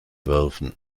werfen